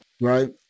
Right